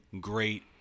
great